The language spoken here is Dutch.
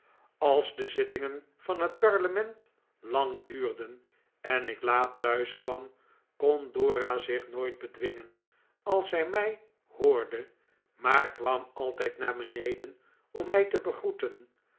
als de zittingen van het parlement lang duurden en ik laat thuis kwam kon dora zich nooit bedwingen als zij mij hoorde maar kwam altijd naar beneden om mij te begroeten